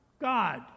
God